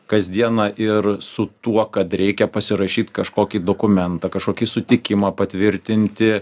kasdieną ir su tuo kad reikia pasirašyt kažkokį dokumentą kažkokį sutikimą patvirtinti